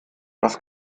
was